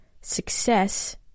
success